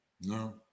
No